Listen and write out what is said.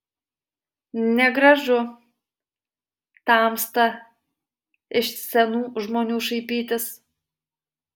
negražu tamsta iš senų žmonių šaipytis